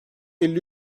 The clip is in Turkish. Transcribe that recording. elli